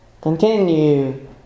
continue